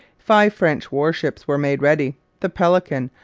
five french warships were made ready the pelican,